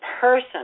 person